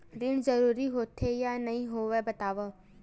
ऋण जरूरी होथे या नहीं होवाए बतावव?